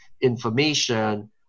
information